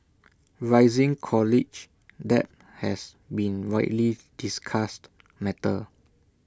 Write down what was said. rising college debt has been widely discussed matter